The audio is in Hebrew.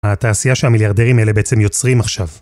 התעשייה שהמיליארדרים האלה בעצם יוצרים עכשיו.